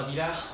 odia